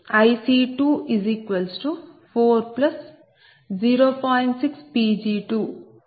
6 Pg240